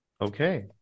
Okay